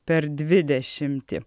per dvidešimtį